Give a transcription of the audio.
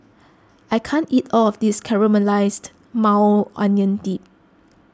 I can't eat all of this Caramelized Maui Onion Dip